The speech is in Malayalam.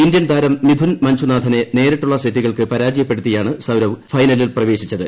ഇന്ത്യൻ താരം മിഥുൻ മഞ്ജുനാഥ്ട്രന്നെ ന്രിട്ടുള്ള സെറ്റുകൾക്ക് പരാജയപ്പെടുത്തിയാണ് സൌരവ്വ് ്ക്ഫെനലിൽ പ്രവേശിച്ചത്